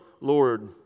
Lord